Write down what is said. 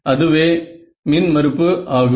அதுவே மின்மறுப்பு ஆகும்